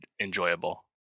enjoyable